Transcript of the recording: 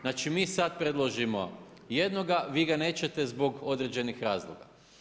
Znači, mi sad preložimo jednoga, vi ga nećete zbog određenog razloga.